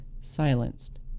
silenced